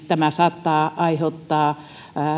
tämä saattaa aiheuttaa